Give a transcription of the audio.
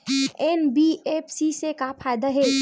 NBFC से का फ़ायदा हे?